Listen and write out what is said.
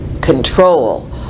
control